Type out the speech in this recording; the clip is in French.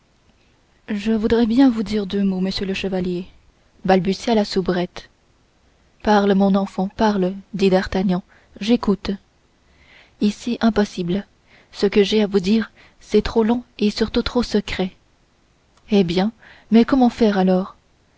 je voudrais bien vous dire deux mots monsieur le chevalier balbutia la soubrette parle mon enfant parle dit d'artagnan j'écoute ici impossible ce que j'ai à vous dire est trop long et surtout trop secret eh bien mais comment faire alors